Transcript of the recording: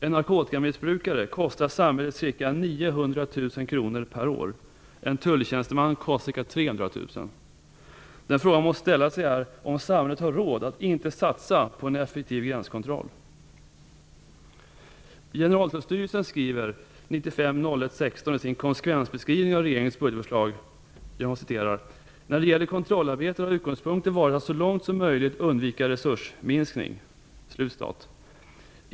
En narkotikamissbrukare kostar samhället ca 900 000 kr per år. En tulltjänsteman kostar ca 300 000 kr. Den fråga man måste ställa sig är om samhället har råd att inte satsa på en effektiv gränskontroll. Generaltullstyrelsen skrev den 16 januari 1995 i sin konsekvensbeskrivning av regeringens budgetförslag, att när det gäller kontrollarbete har utgångspunkten varit att så långt som möjligt undvika resursminskning.